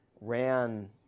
ran